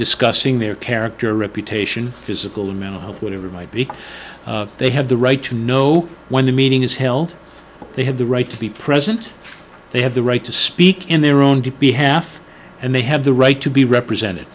discussing their character reputation physical and mental health whatever might be they have the right to know when the meeting is held they have the right to be present they have the right to speak in their own to be half and they have the right to be represented